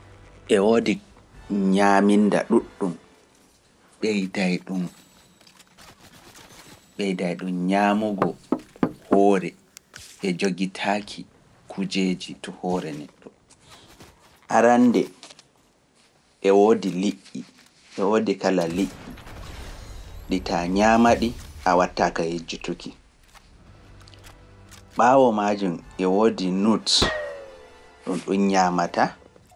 E woodi ñaaminda ɗuɗɗum, ɓeyday ɗum ñaamugo hoore e jogitaaki kujeeji to hoore neɗɗo. Arannde e woodi liƴƴi, e woodi kala liƴƴi ɗi taa ñaama ɗi a wattaaka e jutuki. Ɓaawo maajum e woodi nudes ɗum ɗum ñaamataa.